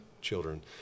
children